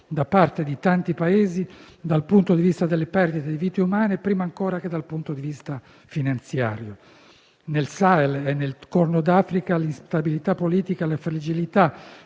da parte di tanti Paesi dal punto di vista delle perdite di vite umane, prima ancora che dal punto di vista finanziario. Nel Sahel e nel Corno d'Africa l'instabilità politica e le fragilità